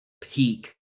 peak